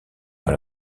dans